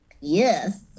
yes